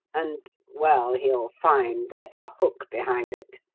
and well, he'll find there's a hook behind it.